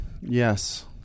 Yes